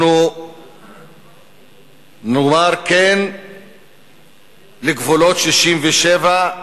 אנחנו נאמר כן לגבולות 67'